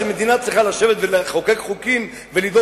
והמדינה צריכה לשבת ולחוקק חוקים ולדאוג